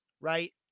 right